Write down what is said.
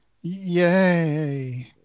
yay